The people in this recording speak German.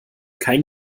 kein